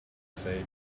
said